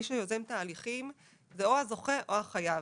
מי שיוזם תהליכים זה או הזוכה או החייב.